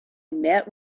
met